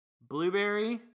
blueberry